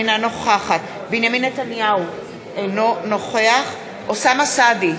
אינה נוכחת בנימין נתניהו, אינו נוכח אוסאמה סעדי,